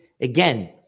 Again